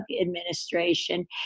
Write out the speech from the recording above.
administration